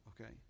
Okay